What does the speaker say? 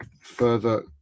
further